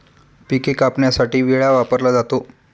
पिके कापण्यासाठी विळा वापरला जातो